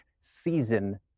season